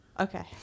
Okay